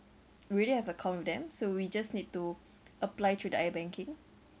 we already have account with them so we just need to apply through the iBanking